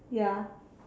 ya